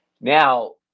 now